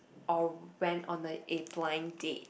or went on a a blind date